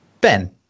Ben